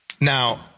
Now